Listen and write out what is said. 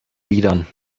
liedern